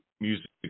music